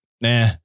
nah